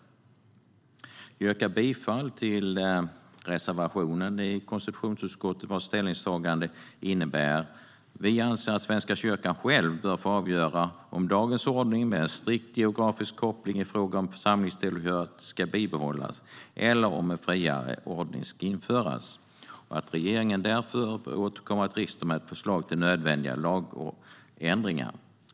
Jag yrkar bifall till reservationen i konstitutionsutskottets betänkande. Vi anför följande: "Svenska kyrkan själv bör få avgöra om dagens ordning med en strikt geografisk koppling i fråga om församlingstillhörighet ska behållas eller om en friare ordning ska införas. Regeringen bör därför återkomma till riksdagen med förslag till nödvändiga lagändringar."